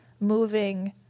moving